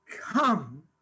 Come